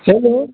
hello